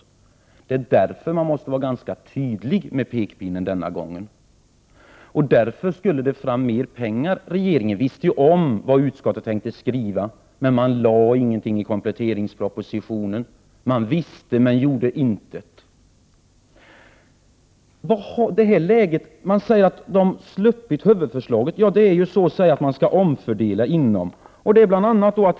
Det är därför som man denna gång måste vara tydlig med pekpinnen. Därför måste mera pengar fram. Regeringen visste ju vad utskottet tänkte skriva, men man lade inte fram något förslag i kompletteringspropositionen. Regeringen visste, men gjorde intet. I det här läget säger man att regeringen har slopat huvudförslaget. Det skall alltså ske en omfördelning.